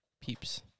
peeps